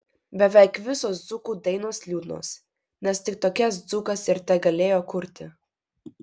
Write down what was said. beveik visos dzūkų dainos liūdnos nes tik tokias dzūkas ir tegalėjo kurti